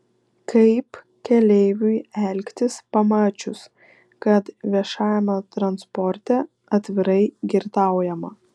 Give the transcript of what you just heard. kaip keleiviui elgtis pamačius kad viešajame transporte atvirai girtaujama